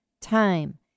Time